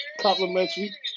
complimentary